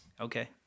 okay